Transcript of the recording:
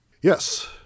Yes